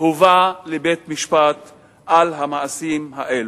מובא לבית-משפט על המעשים האלה.